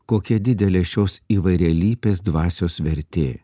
kokia didelė šios įvairialypės dvasios vertė